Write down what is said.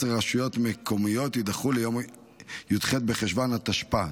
רשויות מקומיות יידחו ליום י"ח בחשוון התשפ"ה,